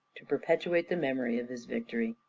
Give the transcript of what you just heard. to perpetuate the memory of his victory.